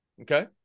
Okay